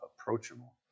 approachable